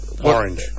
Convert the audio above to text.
Orange